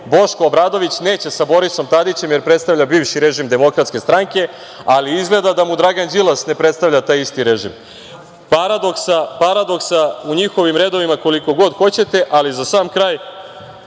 Boško Obradović neće sa Borisom Tadićem jer predstavlja bivši režim DS, ali izgleda da mu Dragan Đilas ne predstavlja taj isti režim. Paradoksa u njihovim redovima koliko god hoćete, ali za sam kraj,